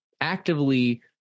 actively